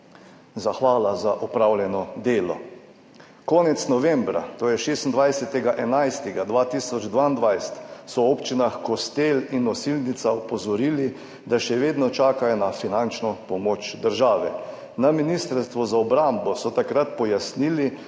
zahvala za opravljeno delo. Konec novembra, to je 26. 11. 2022, so v občinah Kostel in Osilnica opozorili, da še vedno čakajo na finančno pomoč države. Na Ministrstvu za obrambo so takrat pojasnili,